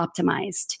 optimized